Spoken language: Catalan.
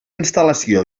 instal·lació